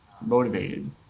motivated